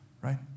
right